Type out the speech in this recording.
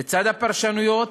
לצד הפרשנויות